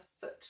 foot